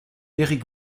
erik